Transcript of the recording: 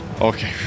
Okay